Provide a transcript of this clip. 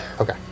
Okay